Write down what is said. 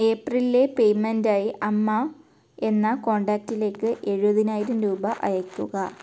ഏപ്രിലിലെ പേയ്മെൻറ്റായി അമ്മ എന്ന കോണ്ടാക്ടിലേക്ക് എഴുപതിനായിരം രൂപ അയയ്ക്കുക